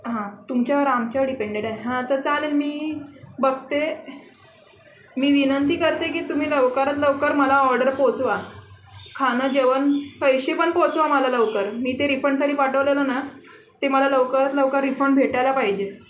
हां तुमच्यावर आमच्या डिपेंड आहे हा तर चालेल मी बघते मी विनंती करते की तुम्ही लवकरात लवकर मला ऑर्डर पोचवा खाणं जेवण पैसे पण पोचवा मला लवकर मी ते रिफंडसाठी पाठवलेलं ना ते मला लवकरात लवकर रिफंड भेटायला पाहिजे